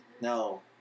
No